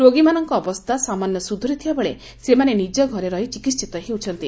ରୋଗୀମାନଙ୍କ ଅବସ୍ଥା ସାମାନ୍ୟ ସୁଧୁରିଥିବା ବେଳେ ସେମାନେ ନିକ ଘରେ ରହି ଚିକିହିତ ହେଉଛନ୍ତି